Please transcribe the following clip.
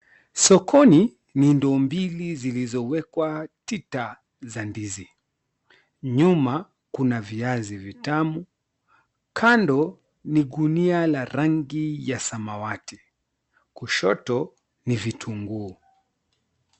Sokoni ni ndoo mbili zilizowekwa tita za ndizi, nyuma kuna viazi vitamu, kando ni gunia la rangi ya samawati, kushoto ni vitunguu.